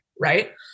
Right